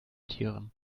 tieren